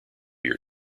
year